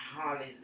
Hallelujah